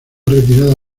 retirada